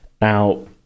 Now